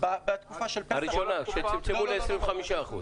הראשונה, כשצמצמו ל-25%.